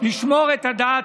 לשמור על הדת